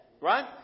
right